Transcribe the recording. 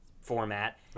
format